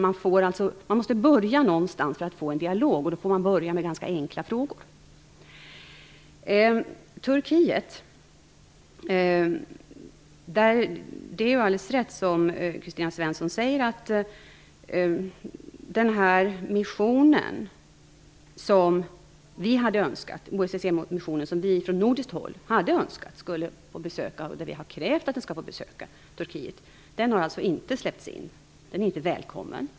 Man måste börja någonstans för att få en dialog, och då bär man börja med ganska enkla frågor. När det gäller Turkiet är det alldeles rätt som Kristina Svensson säger att den OSSE-mission vi från nordiskt håll hade önskat, ja, krävt att den skulle få besöka Turkiet, den har inte släppts in. Den har inte varit välkommen.